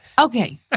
Okay